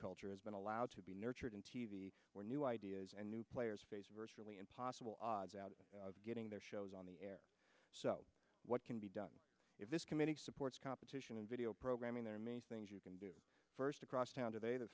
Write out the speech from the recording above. culture has been allowed to be nurtured in t v where new ideas and new players face virtually impossible odds out of getting their shows on the air so what can be done if this committee supports competition in video programming there may things you can do first across town today the